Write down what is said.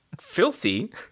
filthy